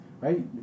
right